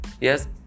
Yes